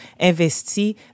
investi